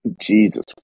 Jesus